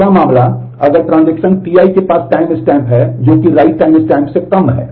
दूसरा मामला अगर ट्रांज़ैक्शन Ti के पास टाइमस्टैम्प है जो कि राइट टाइमस्टैम्प से कम है